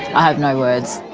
i have no words.